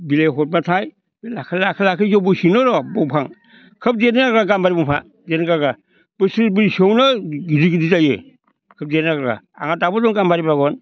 बिलाइ हरब्लाथाय लाखै लाखै लाखै जौबोसिगोन आर' दंफां खोब देरो गामबारि दंफाङाआ बोसोरनैसोआवनो गिदिर गिदिर जायो खोब देरो आंहा दाबो दं गाम्बारि बागान